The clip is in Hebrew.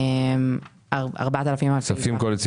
ועוד 4,000 אלפי